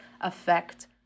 affect